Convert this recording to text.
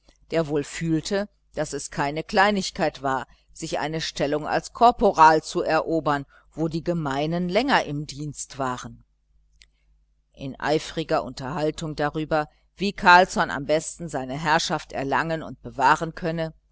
der wohl fühlte daß es keine kleinigkeit war sich eine stellung als korporal zu erobern wo die gemeinen länger im dienst waren in eifriger unterhaltung darüber wie carlsson am besten seine herrschaft erlangen und bewahren könne